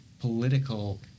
political